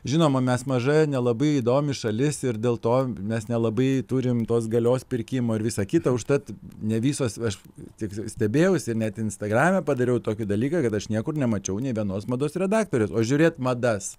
žinoma mes maža nelabai įdomi šalis ir dėl to mes nelabai turim tos galios pirkimo ir visa kita užtat ne visos veš tik stebėjausi ir net instagrame padariau tokį dalyką kad aš niekur nemačiau nei vienos mados redaktorės o žiūrėt madas